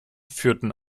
führten